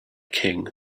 king